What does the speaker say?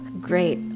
great